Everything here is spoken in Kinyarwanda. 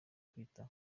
kwita